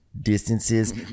distances